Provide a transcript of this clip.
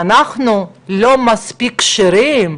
שאנחנו לא מספיק "כשרים",